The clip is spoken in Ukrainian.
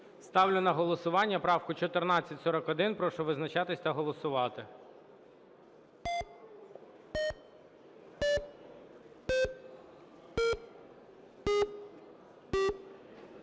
Ставлю на голосування 1459. Прошу визначатись та голосувати.